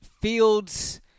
Fields